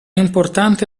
importante